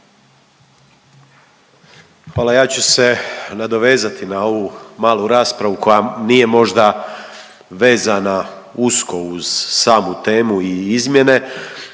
Hvala. Ja ću se nadovezati na ovu malu raspravu koja nije možda vezana usko uz samu temu i izmjene